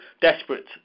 desperate